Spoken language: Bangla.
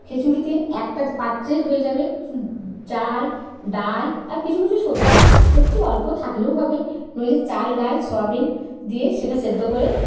খিচুড়িতে একটা পাত্রেই হয়ে যাবে শু চাল ডাল আর কিছু কিছু সবজি সবজি অল্প থাকলেও হবে নইলে চাল ডাল সয়াবিন দিয়ে সেটা সেদ্ধ করে